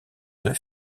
deux